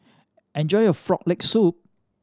enjoy your Frog Leg Soup